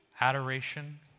Adoration